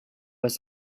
was